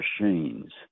machines